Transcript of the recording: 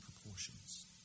proportions